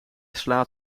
slaat